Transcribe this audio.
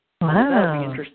wow